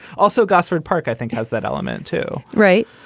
also, gosford park, i think has that element, too. right.